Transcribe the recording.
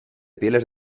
pieles